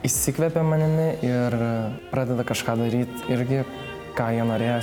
įsikvepia manimi ir pradeda kažką daryt irgi ką jie norėjo